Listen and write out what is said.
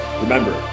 Remember